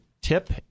tip